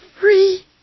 free